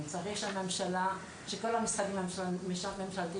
זו הערכה שמרנית שמתייחסת למחיר גז שהוא לא המחיר של היום,